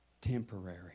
temporary